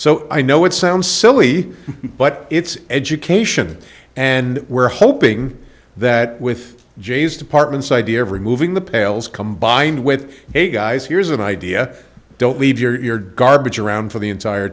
so i know it sounds silly but it's education and we're hoping that with jay's department's idea of removing the pails combined with a guys here's an idea don't leave your garbage around for the entire